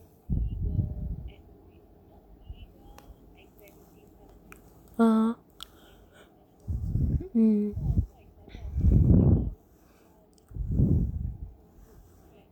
ah mm